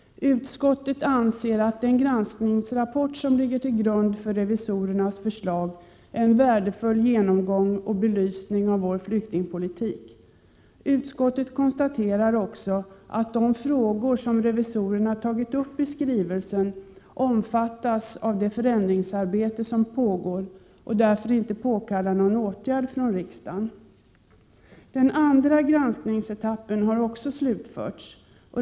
Utskottet anser att den granskningsrapport som ligger till grund för revisorernas förslag är en värdefull genomgång av och belysning av vår flyktingpolitik. Utskottet konstaterar också att de frågor som revisorerna tagit upp i skrivelsen omfattas av det förändringsarbete som pågår och därför inte påkallar någon åtgärd från riksdagen. Den andra granskningsetappen har också slutförts.